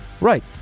Right